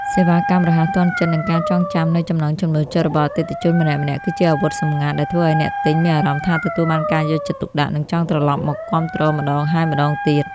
សេវាកម្មរហ័សទាន់ចិត្ត និងការចងចាំនូវចំណង់ចំណូលចិត្តរបស់អតិថិជនម្នាក់ៗ គឺជាអាវុធសម្ងាត់ដែលធ្វើឱ្យអ្នកទិញមានអារម្មណ៍ថាទទួលបានការយកចិត្តទុកដាក់ និងចង់ត្រឡប់មកគាំទ្រម្ដងហើយម្ដងទៀត។